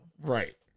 Right